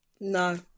No